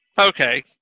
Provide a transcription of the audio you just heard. Okay